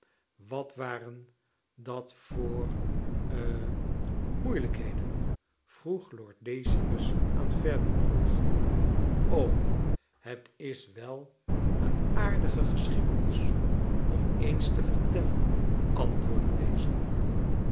wat waren dat dan voor e moeilijkheden vroeg lord deoimus aan ferdinand het is wel een aardige geschieienis om eens te vertellen antwoordde deze